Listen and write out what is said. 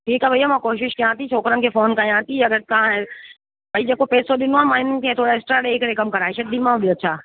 ठीकु आहे भैया मां कोशिशि कया थी छोकिरनि खे फ़ोन कयां थी अगरि तव्हां भई जेको पैसो ॾींदो आहे मायुनि खे थोरा एक्सट्रा ॾेई करे कम कराए छॾदीमाव ॿियो छा